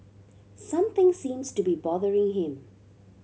something seems to be bothering him